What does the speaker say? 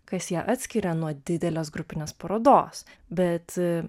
kas ją atskiria nuo didelės grupinės parodos bet